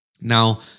Now